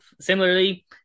similarly